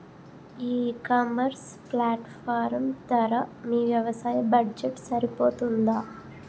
ఈ ecommerce platform ధర మీ వ్యవసాయ బడ్జెట్ సరిపోతుందా?